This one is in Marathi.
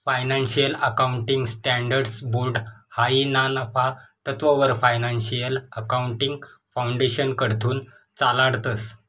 फायनान्शियल अकाउंटिंग स्टँडर्ड्स बोर्ड हायी ना नफा तत्ववर फायनान्शियल अकाउंटिंग फाउंडेशनकडथून चालाडतंस